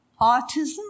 autism